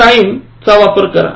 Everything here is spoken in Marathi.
time चा वापर करा